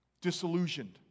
disillusioned